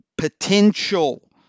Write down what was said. Potential